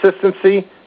consistency